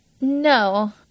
No